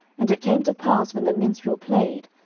and it came to pass, when the minstrel played,